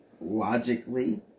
logically